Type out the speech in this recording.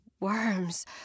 worms